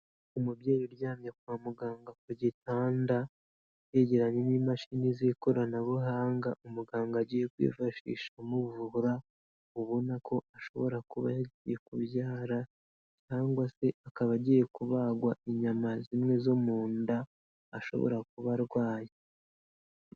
Umubyeyi uryamye kwa muganga ku gitanda yegeranye n'imashini z'ikoranabuhanga umuganga agiye kwifashisha amuvura, ubona ko ashobora kuba yagiye kubyara cyangwa se akaba agiye kubagwa inyama zimwe zo mu nda ashobora kuba arwaye.